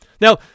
Now